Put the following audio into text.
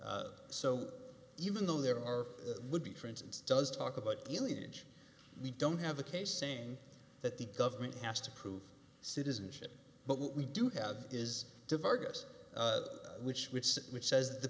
s so even though there are would be for instance does talk about delia age we don't have a case saying that the government has to prove citizenship but what we do have is to fergus which which is which says the